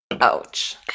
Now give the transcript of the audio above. Ouch